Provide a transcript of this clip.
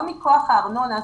זה לא מכוח הארנונה.